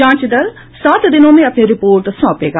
जांच दल सात दिनों में अपनी रिपोर्ट सौंपेगा